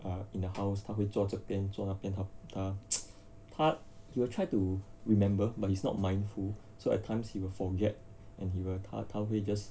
err in the house 他会坐这边坐那边他 he will try to remember but he's not mindful so at times he will forget and he will and 他他会 just